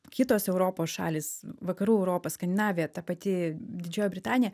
kitos europos šalys vakarų europa skandinavija ta pati didžioji britanija